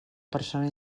persona